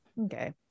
okay